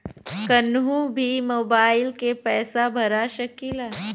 कन्हू भी मोबाइल के पैसा भरा सकीला?